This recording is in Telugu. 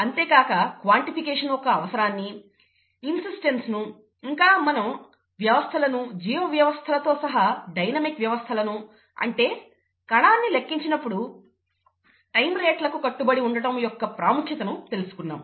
అంతేకాక క్వాన్టిఫికేషన్ యొక్క అవసరాన్ని ఇన్సిస్టన్స్ ను ఇంకా మనం వ్యవస్థలను జీవ వ్యవస్థలతో సహా డైనమిక్ వ్యవస్థలను అంటే కణాన్ని లెక్కించినప్పుడు టైం రేట్లకు కట్టుబడి ఉండటం యొక్క ప్రాముఖ్యతను తెలుసుకున్నాం